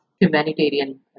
humanitarian